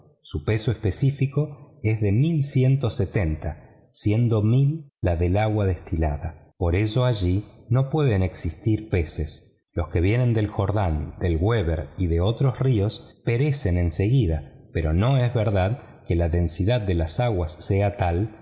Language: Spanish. su peso específico es de siendo la del agua destilada por eso allí no pueden existir peces los que vienen del jordán del weber y de otros ríos perecen en seguida pero no es verdad que la densidad de las aguas es tal